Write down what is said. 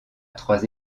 trois